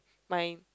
mine